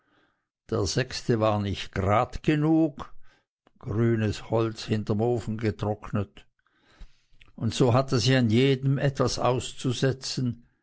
der sechste war nicht gerad genug grünes holz hinterm ofen getrocknet und so hatte sie an einem jeden etwas auszusetzen